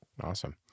Awesome